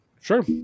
Sure